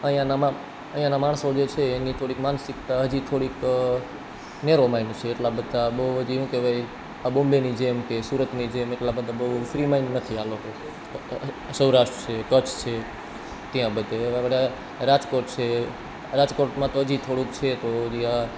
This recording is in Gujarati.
અહીંયાના અહીંના માણસો જે છે એની થોડીક માનસિકતા હજી થોડીક નેરો માઇન્ડ છે એટલા બધા બહુ હજી શું કહેવાય આ બોમ્બેની જેમ કે સુરતની જેમ એટલાં બધાં બહુ ફ્રી માઇન્ડ નથી આ લોકો સૌરાષ્ટ્ર કચ્છ છે ત્યાં બધે આવા બધા રાજકોટ છે રાજકોટમાં તો હજી થોડુંક છે તો હજી આ